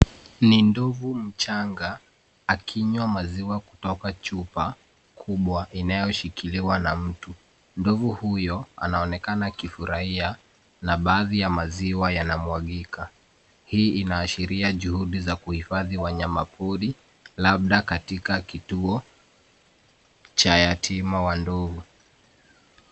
Ni ndovu mchanga akinywa maziwa kutoka chupa kubwa inayoshikiliwa na mtu. Ndovu huyo anaonekana akifurahia na baadhi ya maziwa yanamwagika. Hii inaashiria juhudi za kuhifadhi wanyama pori labda katika kituo cha yatima wa ndovu.